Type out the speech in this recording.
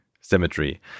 symmetry